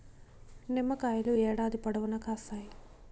నిమ్మకాయలు ఏడాది పొడవునా కాస్తాయి